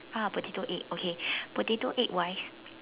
ah potato egg okay potato egg wise